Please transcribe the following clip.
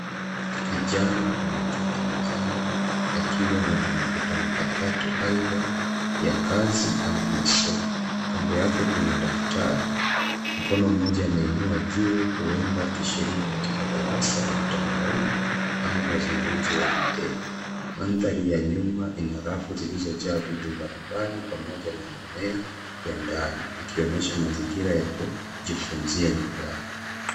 Kijana ameketi mezani akiwa na kompyuta mpakato, aidha ya kazi ama masomo. Kando yake kuna daftari. Mkono mmoja ameinua juu, huenda akishiriki katika darasa la mtandaoni au mazungumzo ya video . Mandhari ya nyuma ina rafu zilizojaa vitu mbali mbali pamoja na mimea ya ndani, ikionyesha mazingira ya kujifunzia nyumbani.